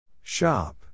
Shop